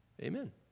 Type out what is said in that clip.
Amen